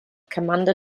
commander